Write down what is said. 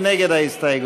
מי נגד ההסתייגות?